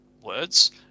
words